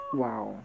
wow